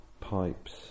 pipes